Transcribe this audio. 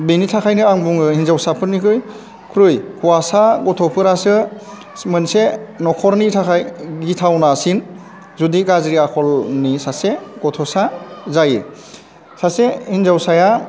बिनि थाखायनो आं बुङो हिन्जावसाफोरनिख्रुइ ख्रुइ हौवासा गथ'फोरासो मोनसे न'खरनि थाखाय गिथावनासिन जुदि गाज्रि आखलनि सासे गथ'सा जायो सासे हिन्जावसाया